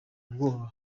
ubwoba